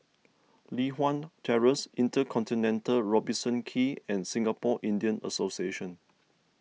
Li Hwan Terrace Intercontinental Robertson Quay and Singapore Indian Association